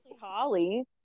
Holly